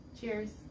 Cheers